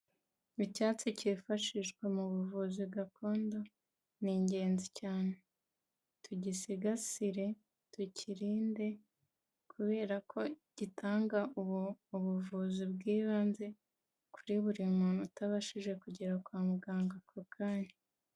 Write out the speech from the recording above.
Icyatsi cyifashishwa mu buvuzi gakondo ni ingenzi cyane, tugisigasire, tukiririnde kubera ko gitanga ubuvuzi bw'ibanze kuri buri muntu utabashije kugera kwa muganga ako kanya.